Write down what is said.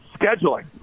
scheduling